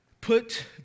Put